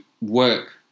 work